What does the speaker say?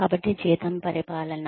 కాబట్టి జీతం పరిపాలన